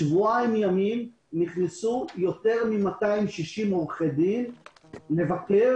בשבועיים נכנסו יותר מ-260 עורכי דין להיפגש